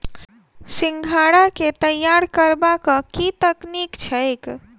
सिंघाड़ा केँ तैयार करबाक की तकनीक छैक?